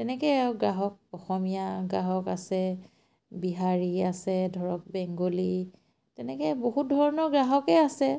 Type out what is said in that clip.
তেনেকৈয়ে আৰু গ্ৰাহক অসমীয়া গ্ৰাহক আছে বিহাৰী আছে ধৰক বেংগলী তেনেকৈ বহুত ধৰণৰ গ্ৰাহকে আছে